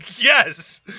Yes